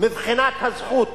מבחינת הזכות